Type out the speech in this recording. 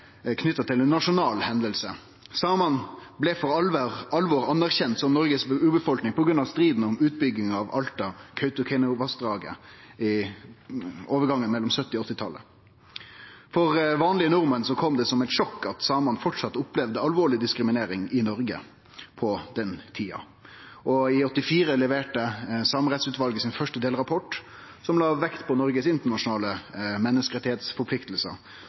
nasjonal hending. Samane blei for alvor anerkjende som Noregs urbefolkning på grunn av striden om utbygginga av Alta–Kautokeino-vassdraget i overgangen mellom 1970- og 1980-talet. For vanlege nordmenn kom det som eit sjokk at samane framleis opplevde alvorleg diskriminering i Noreg på den tida. I 1984 leverte Samerettsutvalet den første delrapporten sin, som la vekt på Noregs internasjonale